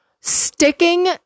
sticking